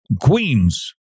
queens